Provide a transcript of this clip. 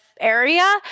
area